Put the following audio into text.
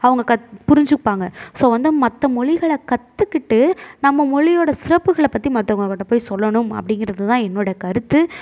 அவங்க கட் புரிஞ்சுப்பாங்க ஸோ வந்து மற்ற மொழிகளை கற்றுக்கிட்டு நம்ம மொழியோட சிறப்புகளை பற்றி மற்றவங்க கிட்டே போய் சொல்லணும் அப்படிங்கிறதுதான் என்னோட கருத்து